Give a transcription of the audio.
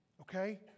Okay